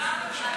התשע"ח 2017,